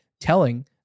telling